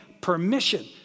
permission